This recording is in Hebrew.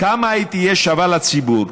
כמה היא תהיה שווה לציבור,